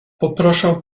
poproszę